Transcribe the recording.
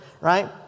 right